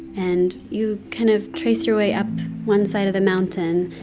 and you kind of trace your way up one side of the mountain.